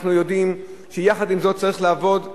אנחנו יודעים שיחד עם זאת צריך לעבוד גם,